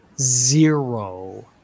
zero